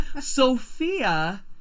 Sophia